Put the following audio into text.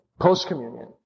post-communion